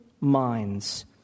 minds